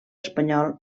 espanyol